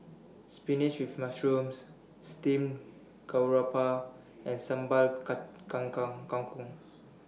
Spinach with Mushrooms Steamed Garoupa and Sambal cut kangkang Kangkong